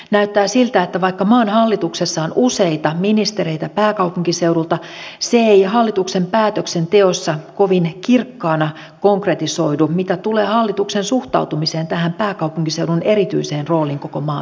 näyttää siltä että vaikka maan hallituksessa on useita ministereitä pääkaupunkiseudulta se ei hallituksen päätöksenteossa kovin kirkkaana konkretisoidu mitä tulee hallituksen suhtautumiseen tähän pääkaupunkiseudun erityiseen rooliin koko maan veturina